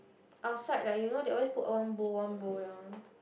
outside like you know they always put one bowl one bowl that one